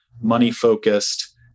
money-focused